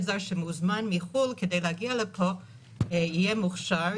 זר שמוזמן מחו"ל כדי להגיע לפה יהיה מוכשר,